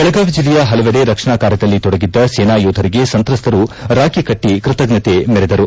ಬೆಳಗಾವಿ ಜಿಲ್ಲೆಯ ಪಲವೆಡೆ ರಕ್ಷಣಾ ಕಾರ್ಯದಲ್ಲಿ ತೊಡಗಿದ್ದ ಸೇನಾ ಯೋಧರಿಗೆ ಸಂತ್ರಸ್ತರು ರಾಖಿ ಕಟ್ಟಿ ಕೃತಜ್ವತೆ ಮರೆದರು